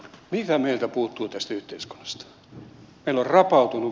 mitä meiltä puuttuu tästä yhteiskunnasta